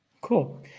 cool